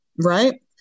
Right